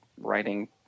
writing